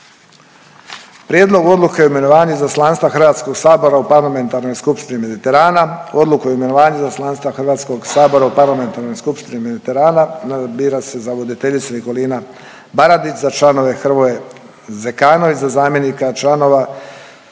Prijedlog odluke o imenovanju Izaslanstva HS-a u Parlamentarnoj skupštini Mediterana, odluku o imenovanju Izaslanstva HS-a u Parlamentarnoj skupštini Mediterana bira se za voditeljicu Nikolina Baradić, za članove Hrvoje Zekanović, za zamjenika članova